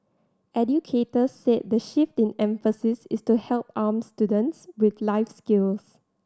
educators said the shift in emphasis is to help arm students with life skills